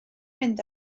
mynd